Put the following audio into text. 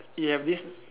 we have this